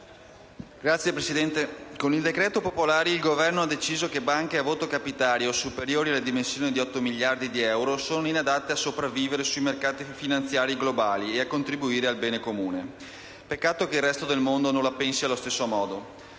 Signor Presidente, con il decreto-legge sulle popolari il Governo ha deciso che le banche a voto capitario, superiori alla dimensione di 8 miliardi di euro di attivo, sono inadatte a sopravvivere sui mercati finanziari globali e a contribuire al bene comune. Peccato che il resto del mondo non la pensi allo stesso modo.